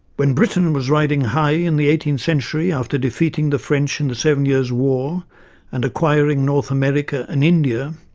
when britain was riding high in the eighteenth century, after defeating the french in the seven years war and acquiring north america and india,